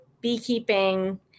beekeeping